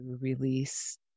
release